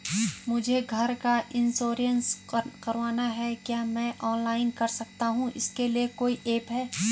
मुझे घर का इन्श्योरेंस करवाना है क्या मैं ऑनलाइन कर सकता हूँ इसके लिए कोई ऐप है?